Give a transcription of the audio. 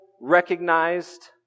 recognized